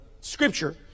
scripture